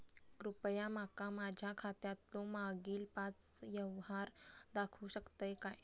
कृपया माका माझ्या खात्यातलो मागील पाच यव्हहार दाखवु शकतय काय?